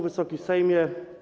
Wysoki Sejmie!